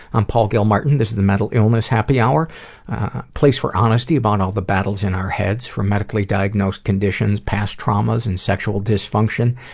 i'm paul gilmartin this is the mental illness happy hour, a place for honesty about all the battles in our heads, from medically diagnosed conditions, past traumas, and sexual dysfunction,